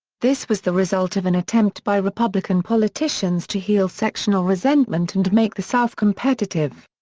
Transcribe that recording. this was the result of an attempt by republican politicians to heal sectional resentment and make the south competitive.